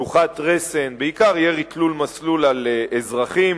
שלוחת רסן, בעיקר ירי תלול-מסלול על אזרחים,